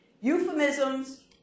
Euphemisms